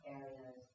areas